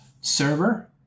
server